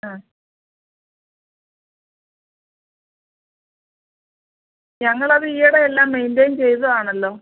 ആ ഞങ്ങളത് ഈയിടെ എല്ലാം മെയിൻറ്റെയിൻ ചെയ്തതാണല്ലോ